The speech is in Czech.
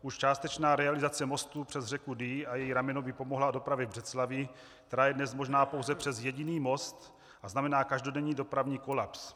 Už částečná realizace mostů přes řeku Dyji a její rameno by pomohla dopravě v Břeclavi, která je dnes možná pouze přes jediný most a znamená každodenní dopravní kolaps.